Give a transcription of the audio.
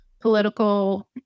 political